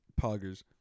poggers